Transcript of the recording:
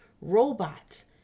robots